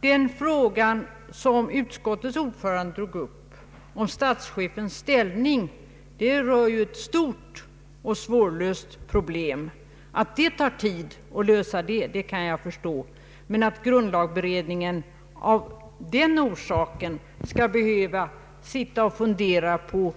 Den fråga som utskottets ordförande drog upp, om statschefens ställning, är däremot ett stort och svårlöst problem. Att det tar tid att lösa detta kan jag förstå, men att grundlagberedningen av den orsaken skall behöva sitta och fundera på